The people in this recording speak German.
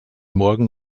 morgen